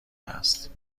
است